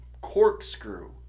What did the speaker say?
corkscrew